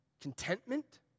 Contentment